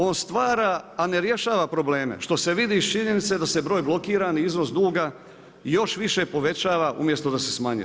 On stvara a ne rješava probleme što se vidi iz činjenice da se broj blokiranih, izvoz duga još više povećava umjesto da se smanjuje.